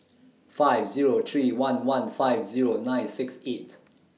five Zero three one one five Zero nine six eight